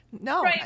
No